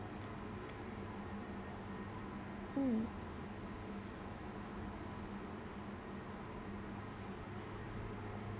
mm